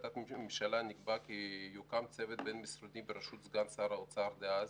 בהחלטת ממשלה נקבע כי יוקם צוות בין-משרדי בראשות סגן שר האוצר דאז